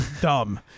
dumb